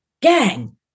gang